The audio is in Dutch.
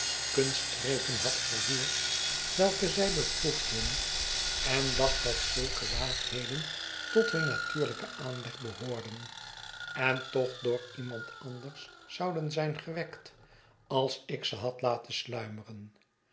duidekunstgrepen had vervoerd welke zij beproefden en dacht dat zulke laagheden tot hun natuurlijken aanleg behoorden en toch door iemand anders zouden zijn gewekt als ik ze had laten sluimeren